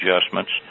adjustments